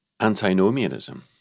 Antinomianism